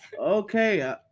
Okay